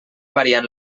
variant